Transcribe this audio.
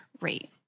rate